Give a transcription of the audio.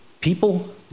people